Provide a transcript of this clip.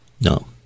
No